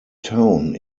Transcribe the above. town